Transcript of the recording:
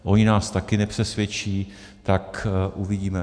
Oni nás také nepřesvědčí, tak uvidíme.